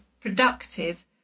productive